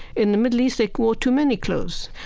in the middle east, they wore too many clothes.